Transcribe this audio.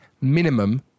minimum